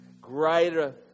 greater